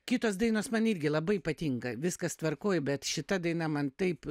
kitos dainos man irgi labai patinka viskas tvarkoj bet šita daina man taip